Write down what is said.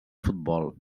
futbol